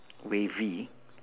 wavy